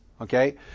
okay